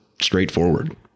straightforward